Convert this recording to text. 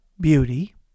beauty